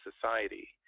society